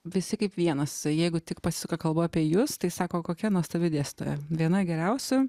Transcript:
visi kaip vienas jeigu tik pasisuka kalba apie jus tai sako kokia nuostabi dėstytoja viena geriausių